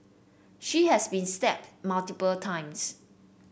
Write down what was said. she has been stabbed multiple times